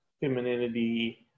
femininity